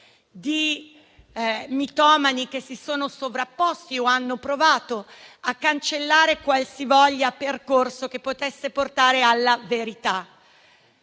di mitomani che si sono sovrapposti o hanno provato a cancellare qualsivoglia percorso che potesse portare alla verità.